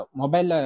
mobile